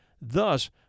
Thus